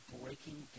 breaking